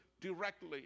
directly